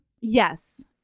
yes